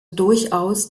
durchaus